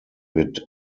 wird